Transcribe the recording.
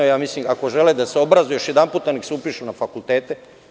Mislim da ako žele da se obrazuju još jedanput, neka se upišu na fakultete.